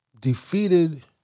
defeated